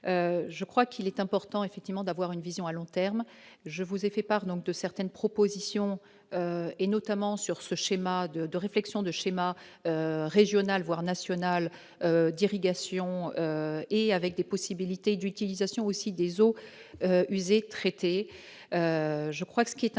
je crois qu'il est important effectivement d'avoir une vision à long terme, je vous ai fait part donc de certaines propositions et notamment sur ce schéma de de réflexion de schéma régional, voire national d'irrigation et avec des possibilités d'utilisation aussi des eaux usées traitées, je crois que ce qui est important,